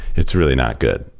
it's really not good.